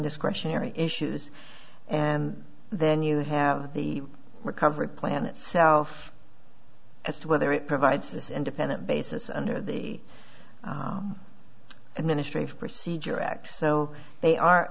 discretionary issues and then you have the recovery plan itself as to whether it provides independent basis under the administrative procedure act so they are